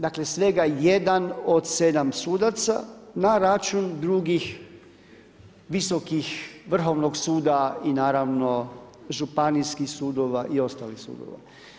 Dakle svega jedan od 7 sudaca na račun drugih visokih, Vrhovnog suda i naravno županijskih sudova i ostalih sudova.